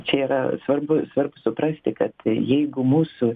čia yra svarbu svarbu suprasti kad jeigu mūsų